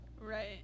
Right